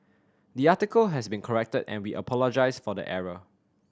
the article has been corrected and we apologise for the error